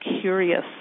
curious